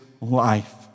life